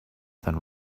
than